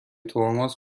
ترمز